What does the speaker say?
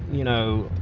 you know,